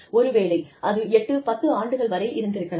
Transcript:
ஒருவேளை அது 8 10 ஆண்டுகள் வரை இருந்திருக்கலாம்